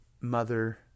mother